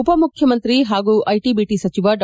ಉಪಮುಖ್ಯಮಂತ್ರಿ ಹಾಗೂ IT BT ಸಚಿವ ಡಾ